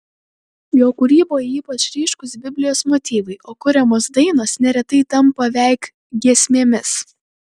jo kūryboje ypač ryškūs biblijos motyvai o kuriamos dainos neretai tampa veik giesmėmis